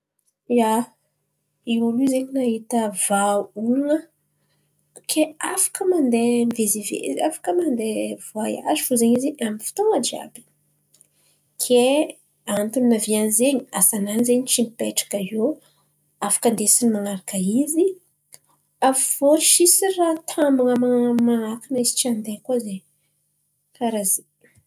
Ia, olo zen̈y nahita vahaolan̈a ke afaka mandeha mivezivezy. Afaka mandeha voaiazy fo zen̈y izy amy ny fotoan̈a jiàby. Ke antony naviany zen̈y asa nany zen̈y tsy mipetraka io, afaka andeha in̈y man̈araka izy, avô tsisy raha tamban̈a man̈a- manakàna izy koa zen̈y karà zen̈y.